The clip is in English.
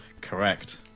Correct